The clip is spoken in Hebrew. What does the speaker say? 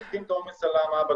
תקטין את העומס על המעבדות,